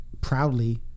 proudly